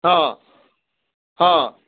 ହଁ ହଁ